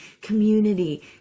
community